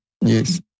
Yes